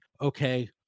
okay